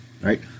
right